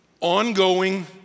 ongoing